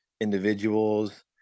individuals